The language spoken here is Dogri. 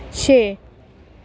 छे